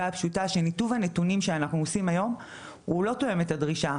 הפשוטה שמיטוב הנתונים שאנחנו עושים היום לא תואם את הדרישה.